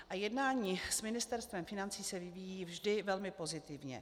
A jednání s Ministerstvem financí se vyvíjí vždy velmi pozitivně.